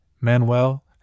Manuel